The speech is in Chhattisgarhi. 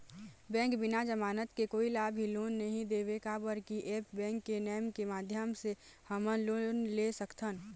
बैंक बिना जमानत के कोई ला भी लोन नहीं देवे का बर की ऐप बैंक के नेम के माध्यम से हमन लोन ले सकथन?